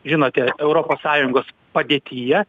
žinote europos sąjungos padėtyje